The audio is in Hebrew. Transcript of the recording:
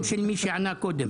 לא, רגע, מה השם של מי שענה קודם?